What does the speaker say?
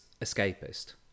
escapist